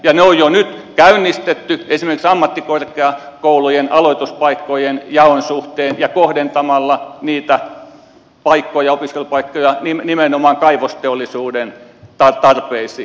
ne on jo nyt käynnistetty esimerkiksi ammattikorkeakoulujen aloituspaikkojen jaon suhteen ja kohdentamalla niitä opiskelupaikkoja nimenomaan kaivosteollisuuden tarpeisiin